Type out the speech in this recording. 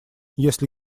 если